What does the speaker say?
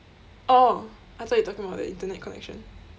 oh I thought you talking about the internet connection